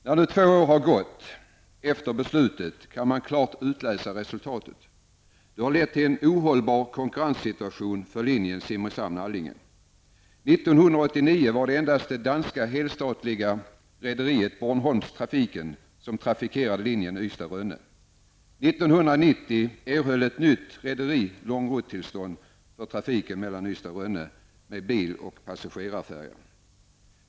Nu, två år efter det att det här beslutet fattats, kan man klart utläsa resultatet. 1990 erhöll ett annat rederi långruttillstånd för trafiken mellan Ystad och Rönne med bil och passagerarfärja.